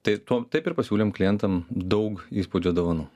tai taip ir pasiūlėm klientam daug įspūdžio dovanų